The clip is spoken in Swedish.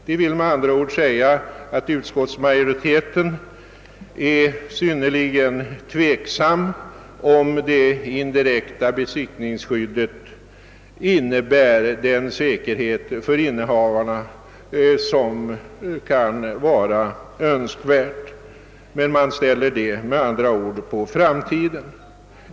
Det vill med andra ord säga, att utskottsmajoriteten är synnerligen tveksam, huruvida det indirekta besittningsskyddet innebär den säkerhet för innehavarna som kan vara önskvärd, men man ställer denna fråga på framtiden.